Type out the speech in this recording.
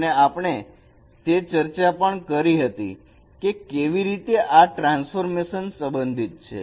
અને આપણે તે ચર્ચા પણ કરી હતી કે કેવી રીતે આ ટ્રાન્સફોર્મેશન સંબંધિત છે